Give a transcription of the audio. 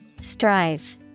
Strive